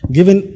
Given